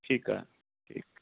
ਠੀਕ ਆ ਠੀਕ